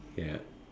ya